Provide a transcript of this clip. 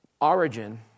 Origin